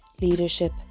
leadership